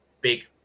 big